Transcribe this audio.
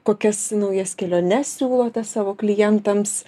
kokias naujas keliones siūlote savo klientams